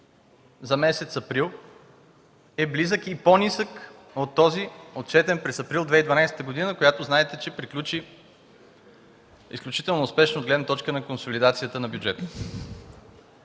за месец април е близък и по-нисък от този, отчетен през април 2012 г., която знаете, че приключи изключително успешно от гледна точка на консолидацията на бюджета.